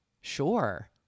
Sure